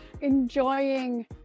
enjoying